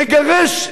תגרש,